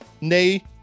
nay